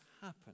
happen